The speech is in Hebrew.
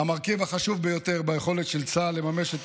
המרכיב החשוב ביותר ביכולת של צה"ל לממש את